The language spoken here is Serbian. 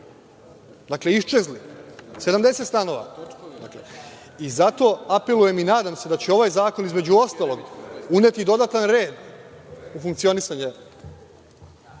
Dakle, iščezli, 70 stanova. Zato apelujem i nadam se da će ovaj zakon, između ostalog, uneti dodatan red u funkcionisanje